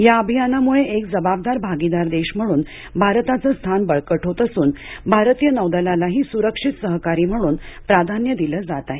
या अभियानामुळं एक जबाबदार भागीदार देश म्हणून भारताचं स्थान बळकट होत असून भारतीय नौदलालाही सुरक्षित सहकारी म्हणून प्राधान्य दिलं जात आहे